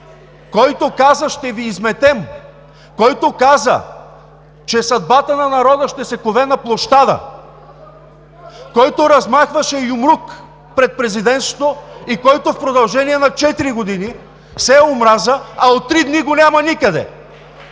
който каза: „Ще Ви изметем!“, който каза, че съдбата на народа ще се кове на площада, който размахваше юмрук пред Президентството и който в продължение на четири години сее омраза, а от три дни го няма никъде!